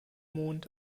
mond